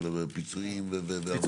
של פיצויים וכולי ועבודות?